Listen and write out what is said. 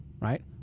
Right